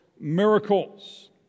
miracles